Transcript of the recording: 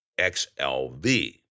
XLV